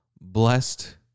blessed